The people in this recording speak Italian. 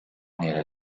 nella